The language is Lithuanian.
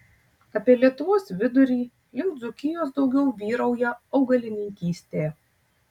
apie lietuvos vidurį link dzūkijos daugiau vyrauja augalininkystė